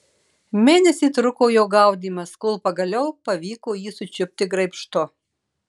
mėnesį truko jo gaudymas kol pagaliau pavyko jį sučiupti graibštu